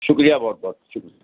شکریہ بہت بہت شکریہ